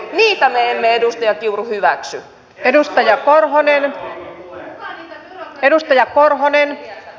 niitä me emme edustaja kiuru hyväksy